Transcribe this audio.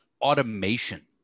automation